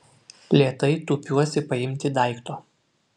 lėtai tūpiuosi paimti daikto